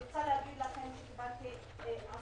אני רוצה להגיד לכם שקיבלתי עשרות,